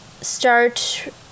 start